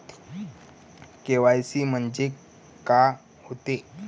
KYC म्हंनजे का होते?